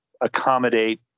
accommodate